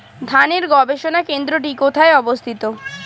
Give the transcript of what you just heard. ধানের গবষণা কেন্দ্রটি কোথায় অবস্থিত?